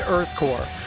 EarthCore